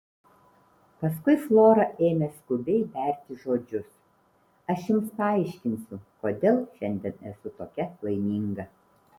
paskui flora ėmė skubiai berti žodžius aš jums paaiškinsiu kodėl šiandien esu tokia laiminga